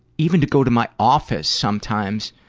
even to go to my office sometimes,